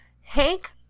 Hank